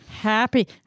happy